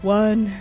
one